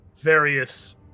various